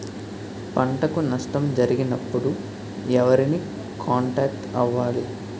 పంటకు నష్టం జరిగినప్పుడు ఎవరిని కాంటాక్ట్ అవ్వాలి?